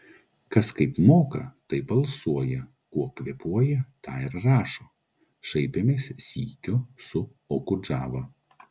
kas kaip moka taip alsuoja kuo kvėpuoja tą ir rašo šaipėmės sykiu su okudžava